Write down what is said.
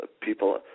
people